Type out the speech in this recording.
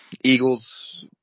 Eagles